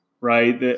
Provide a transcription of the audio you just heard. Right